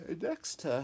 Next